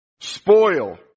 spoil